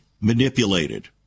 manipulated